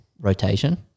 rotation